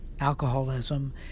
alcoholism